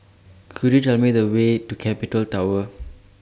Could YOU Tell Me The Way to Capital Tower